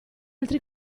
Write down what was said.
altri